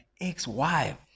ex-wife